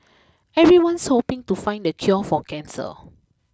everyone's hoping to find the cure for cancer